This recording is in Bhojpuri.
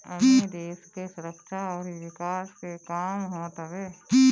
एमे देस के सुरक्षा अउरी विकास के काम होत हवे